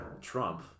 Trump